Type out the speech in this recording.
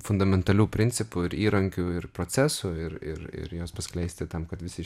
fundamentalių principų ir įrankių ir procesų ir ir ir juos paskleisti tam kad visi